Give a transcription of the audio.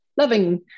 loving